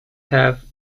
have